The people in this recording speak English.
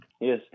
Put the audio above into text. yes